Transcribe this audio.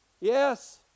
Yes